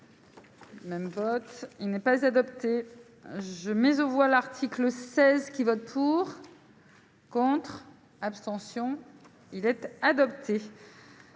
Même vote il n'est pas adopté, je mais on voit l'article 16 qui vote pour. Contre, abstention il être adopté